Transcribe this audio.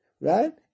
Right